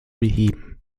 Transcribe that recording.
beheben